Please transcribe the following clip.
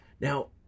Now